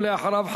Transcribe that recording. ואחריו,